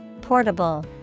Portable